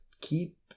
Keep